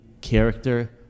character